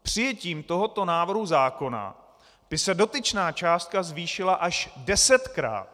Přijetím tohoto návrhu zákona by se dotyčná částka zvýšila až desetkrát.